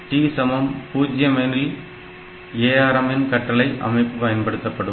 T 0 எனில் ARM இன் கட்டளை அமைப்பு பயன்படுத்தப்படும்